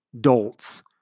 dolts